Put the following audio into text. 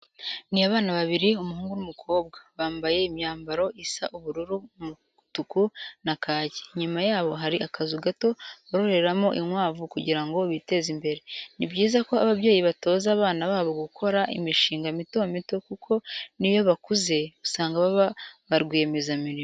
Ni abana babiri, umuhungu n'umukobwa, bambaye imyambaro isa ubururu, umutuku na kake. Inyuma yabo hari akazu gato bororeramo inkwavu kugira ngo biteze imbere. Ni byiza ko ababyeyi batoza abana babo gukora imishinga mito mito kuko n'iyo bakuze usanga baba ba rwiyemezamirimo.